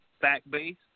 fact-based